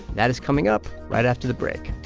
that is coming up right after the break